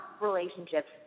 relationships